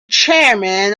chairman